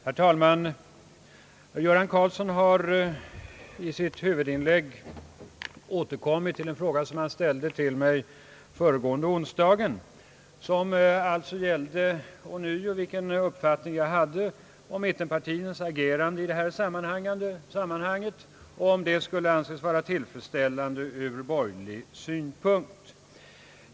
Herr talman! Herr Göran Karlsson har i sitt huvudinlägg återkommit till en fråga som han ställde till mig föregående onsdag och som gällde vilken uppfattning jag hade om mittenpartiernas agerande i detta sammanhang och om det kunde anses tillfredsställande ur borgerlig synpunkt.